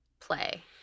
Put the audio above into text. play